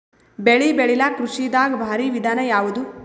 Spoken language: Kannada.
ಬೆಳೆ ಬೆಳಿಲಾಕ ಕೃಷಿ ದಾಗ ಭಾರಿ ವಿಧಾನ ಯಾವುದು?